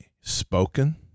spoken